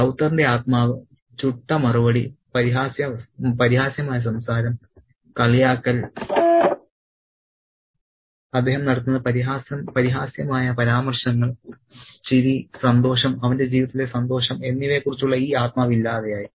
റൌത്തറിന്റെ ആത്മാവ് ചുട്ട മറുപടി പരിഹാസ്യമായ സംസാരം കളിയാക്കൽ അദ്ദേഹം നടത്തുന്ന പരിഹാസ്യമായ പരാമർശങ്ങൾ ചിരി സന്തോഷം അവന്റെ ജീവിതത്തിലെ സന്തോഷം എന്നിവയെക്കുറിച്ചുള്ള ഈ ആത്മാവ് ഇല്ലാതായി